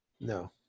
No